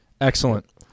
excellent